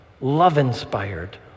love-inspired